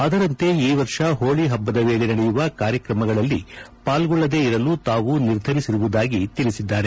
ಅದರಂತೆ ಈ ವರ್ಷ ಹೋಳಿ ಹಬ್ಬದ ವೇಳಿ ನಡೆಯುವ ಕಾರ್ಯಕ್ರಮಗಳಲ್ಲಿ ಪಾಲ್ಗೊಳ್ಳದೇ ಇರಲು ತಾವು ನಿರ್ಧರಿಸಿರುವುದಾಗಿ ತಿಳಿಸಿದ್ದಾರೆ